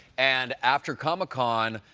and after comic-con,